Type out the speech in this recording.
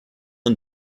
and